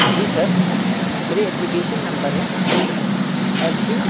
جی sir میری application number ہے F be